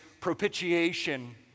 propitiation